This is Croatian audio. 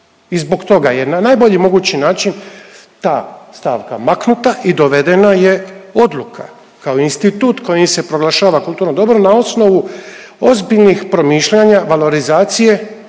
i zbog toga je na najbolji mogući način ta stavka maknuta i dovedena je odluka kao institut kojim se proglašava kulturno dobro na osnovu ozbiljnih promišljanja valorizacije